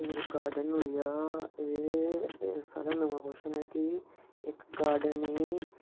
जेह्ड़ा गार्डन होई गेआ एह् साढ़ा नमां क्वेश्चन ऐ कि इक गार्डन गी